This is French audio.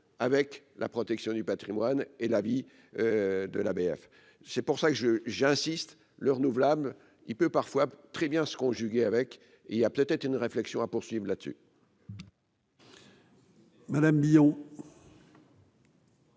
avec la protection du Patrimoine et la vie de la BF, c'est pour ça que je j'insiste le renouvelable, il peut parfois très bien se conjuguer avec il y a peut-être une réflexion à poursuivent là-dessus.